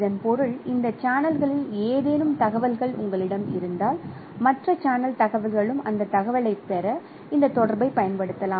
இதன் பொருள் இந்த சேனல்களில் ஏதேனும் தகவல்கள் உங்களிடம் இருந்தால் மற்ற சேனல் தகவல்களும் அந்த தகவலைப் பெற இந்த தொடர்பைப் பயன்படுத்தலாம்